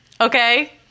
Okay